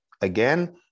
again